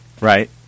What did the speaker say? Right